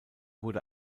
wurde